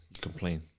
complain